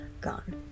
gone